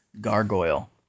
Gargoyle